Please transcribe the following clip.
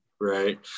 right